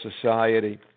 society